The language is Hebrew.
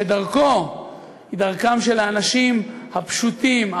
שדרכו היא דרכם של האנשים הפשוטים,